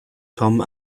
tom